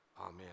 Amen